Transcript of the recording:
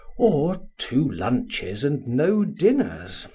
or two lunches and no dinners,